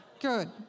Good